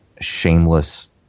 shameless